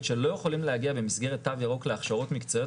שלא יכולים להגיע במסגרת תו ירוק להכשרות מקצועיות,